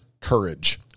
courage